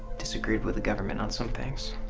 disagreed with the government on some things.